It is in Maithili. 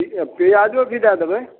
पिआजो भी दै देबै